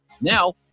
Now